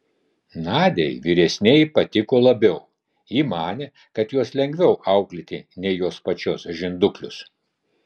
nadiai vyresnieji patiko labiau ji manė kad juos lengviau auklėti nei jos pačios žinduklius